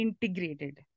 integrated